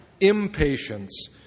impatience